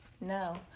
No